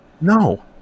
No